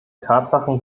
tatsachen